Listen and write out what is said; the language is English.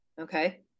Okay